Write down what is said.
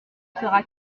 sera